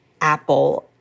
Apple